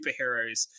superheroes